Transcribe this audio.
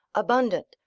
abundant,